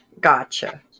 Gotcha